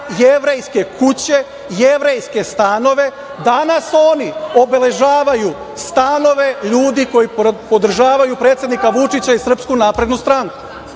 jevrejske kuće, jevrejske stanove danas oni obeležavaju stanove ljudi koji podržavaju predsednika Vučića i SNS. Oni to